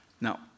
Now